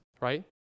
right